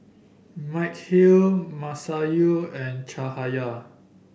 Mikhail Masayu and Cahaya